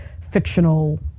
fictional